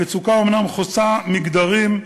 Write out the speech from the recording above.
המצוקה אומנם חוצה מגדרים,